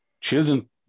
children